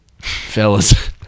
fellas